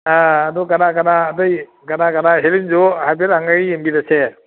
ꯑꯥ ꯑꯗꯣ ꯀꯅꯥ ꯀꯅꯥ ꯑꯇꯩ ꯀꯅꯥ ꯀꯅꯥ ꯍꯦꯔꯤꯟꯖꯨ ꯍꯥꯏꯐꯦꯠ ꯍꯪꯉ ꯌꯦꯡꯕꯤꯔꯁꯦ